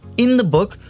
in the book,